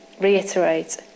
reiterate